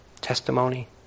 Testimony